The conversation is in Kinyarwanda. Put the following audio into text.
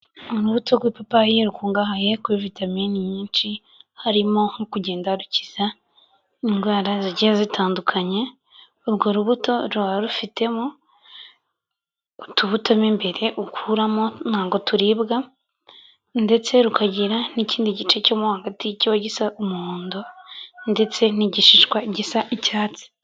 Urubutso rw'ipayi rukungahaye kuri vitamini nyinshi, harimo nko kugenda rukiza indwara zigiye zitandukanye, urwo rubuto ruba rufitemo utubuto mu imbere ukuramo, ntabwo turibwa, ndetse rukagira n'ikindi gice cyo hagati cyo gisa umuhondo, ndetse n'igishishwa gisa n'icyatsi.